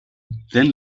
then